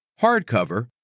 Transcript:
hardcover